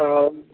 हँ